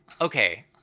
Okay